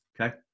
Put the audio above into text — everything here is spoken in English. okay